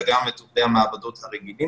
אלא גם את עובדי המעבדות הרגילים.